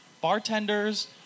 Bartenders